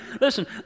listen